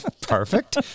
Perfect